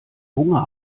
hunger